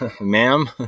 ma'am